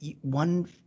one